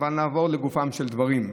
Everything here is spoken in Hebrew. אבל נעבור לגופם של דברים.